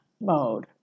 mode